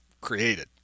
created